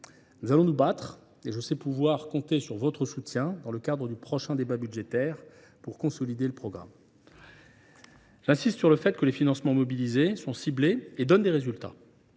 nous allons nous battre. Je sais pouvoir compter sur votre soutien, lors du prochain débat budgétaire, pour consolider ce programme. J’insiste sur le fait que les financements mobilisés sont ciblés et qu’ils donnent des résultats.